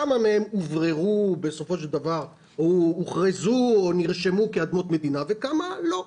כמה מהם הוכרזו או נרשמו כאדמות מדינה וכמה לא.